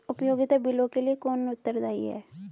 उपयोगिता बिलों के लिए कौन उत्तरदायी है?